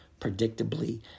predictably